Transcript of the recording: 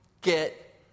get